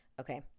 Okay